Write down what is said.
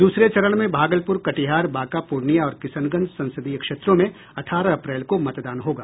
दूसरे चरण में भागलपुर कटिहार बांका पूर्णियां और किशनगंज संसदीय क्षेत्रों में अठारह अप्रैल को मतदान होगा